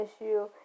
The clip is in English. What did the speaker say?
issue